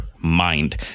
Mind